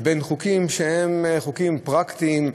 לבין חוקים שהם חוקים פרקטיים,